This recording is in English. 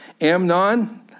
Amnon